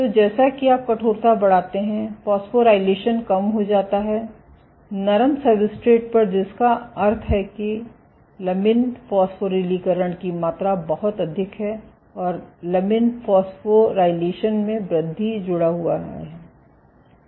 तो जैसा कि आप कठोरता बढ़ाते हैं फॉस्फोराइलेशन कम हो जाता है नरम सब्सट्रेट पर जिसका अर्थ है कि लमिन फास्फोरिलीकरण की मात्रा बहुत अधिक है और लमिन फॉस्फोराइलेशन में वृद्धि जुड़ा हुआ है